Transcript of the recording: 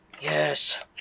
Yes